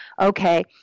okay